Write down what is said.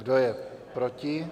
Kdo je proti?